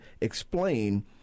explain